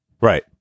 Right